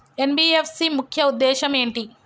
NBFC ముఖ్య ఉద్దేశం ఏంటి?